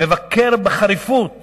מבקר בחריפות